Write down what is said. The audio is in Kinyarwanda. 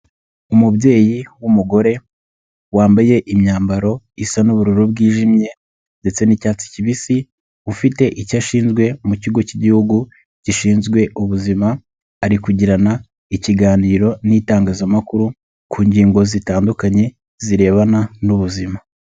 Umubyeyi w'umugore wambaye imyambaro isa n'ubururu bwijimye ndetse n'icyatsi kibisi, ufite icyo ashinzwe mu Kigo k'Igihugu gishinzwe ubuzima, ari kugirana ikiganiro n'itangazamakuru ku ngingo zitandukanye zirebana n'ubuzima.